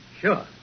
Sure